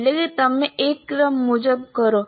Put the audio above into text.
એટલે કે તમે એક ક્રમ મુજબ કરો